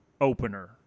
opener